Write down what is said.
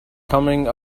coming